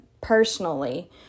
personally